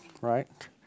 Right